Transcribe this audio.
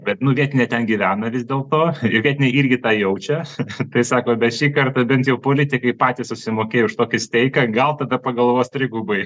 bet nu vietiniai ten gyvena vis dėl to vietiniai irgi tą jaučia tai sako bet šį kartą bent jau politikai patys susimokėjo už tokį steiką gal tada pagalvos trigubai